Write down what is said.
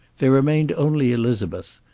there remained only elizabeth,